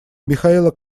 михаила